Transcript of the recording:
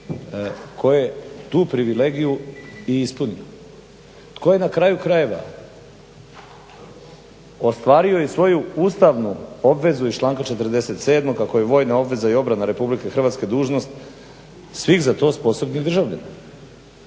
tko je tu privilegiju i ispunio. Tko je na kraju krajeva ostvario i svoju ustavnu obvezu iz članku 47. kako je vojna obveza i obrana RH dužnost svih za to sposobnih državljana.